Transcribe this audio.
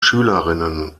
schülerinnen